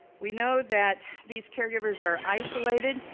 we know that these caregivers are isolated,